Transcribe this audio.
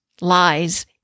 lies